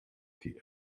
die